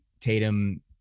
Tatum